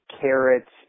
carrots